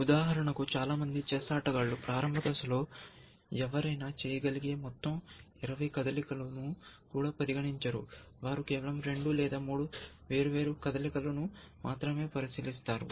ఉదాహరణకు చాలా మంది చెస్ ఆటగాళ్ళు ప్రారంభ దశలో ఎవరైనా చేయగలిగే మొత్తం ఇరవై కదలికలను కూడా పరిగణించరు వారు కేవలం రెండు లేదా మూడు వేర్వేరు కదలికలను మాత్రమే పరిశీలిస్తారు